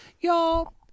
Y'all